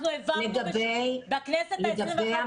אנחנו העברנו בכנסת ה-21 תקציבים.